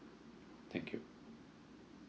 thank you